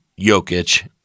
Jokic